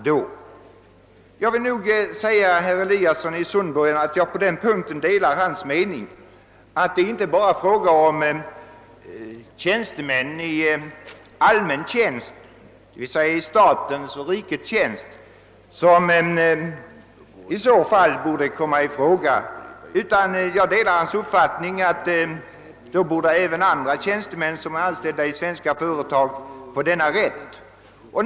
På den punkten delar jag herr Eliassons i Sundborn mening. Det är inte bara tjänstemän i allmän tjänst — d. v. s. statens och rikets tjänst — som i så fall borde komma i fråga. Jag delar hans uppfattning att då borde även andra som är anställda i svenska företag få denna rätt.